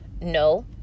No